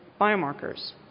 biomarkers